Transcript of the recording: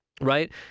right